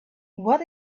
what